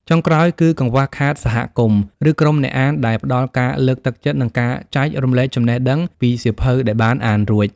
ចុងក្រោយ គឺកង្វះខាតសហគមន៍ ឬក្រុមអ្នកអានដែលផ្ដល់ការលើកទឹកចិត្ត និងការចែករំលែកចំណេះដឹងពីសៀវភៅដែលបានអានរួច។